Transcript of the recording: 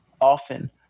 often